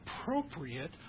appropriate